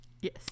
Yes